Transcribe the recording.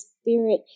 Spirit